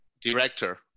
director